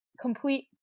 complete